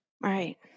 Right